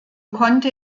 konnte